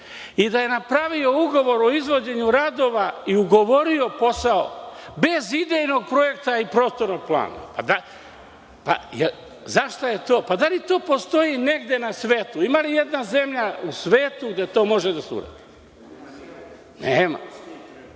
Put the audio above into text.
i da je napravio ugovor o izvođenju radova i ugovorio posao bez idejnog projekta i prostornog plana. Da li to postoji negde na svetu, ima li jedna zemlja u svetu gde to može da se uradi? Nema